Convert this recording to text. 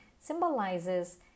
symbolizes